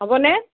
হ'ব নে